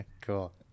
Cool